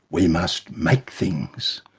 we must make things.